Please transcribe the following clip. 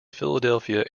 philadelphia